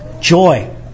Joy